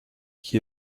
qui